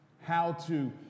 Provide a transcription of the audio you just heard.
how-to-